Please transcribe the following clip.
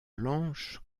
blanche